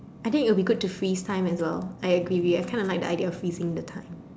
I think it would be good to freeze time as well I agree I kinda like the idea of freezing the time